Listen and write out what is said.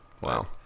Wow